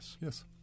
Yes